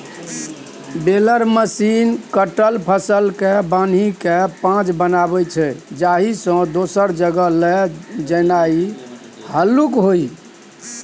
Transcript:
baler machine कटल फसलकेँ बान्हिकेँ पॉज बनाबै छै जाहिसँ दोसर जगह लए जेनाइ हल्लुक होइ